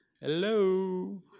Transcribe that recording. Hello